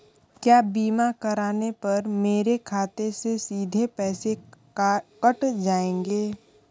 क्या बीमा करने पर मेरे खाते से सीधे पैसे कट जाएंगे?